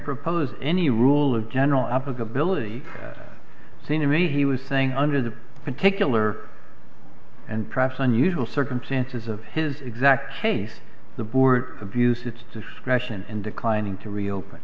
propose any rule of general applicability seem to me he was saying under the particular and perhaps unusual circumstances of his exact case the board abuse its discretion and declining to reopen